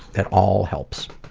that all helps.